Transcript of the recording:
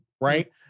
right